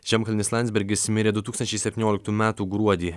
žemkalnis landsbergis mirė du tūkstančiai septynioliktų metų gruodį